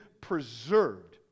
preserved